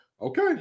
Okay